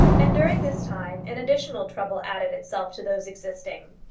and during this time an additional trouble added itself to those existing.